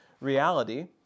reality